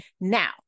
Now